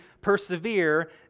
persevere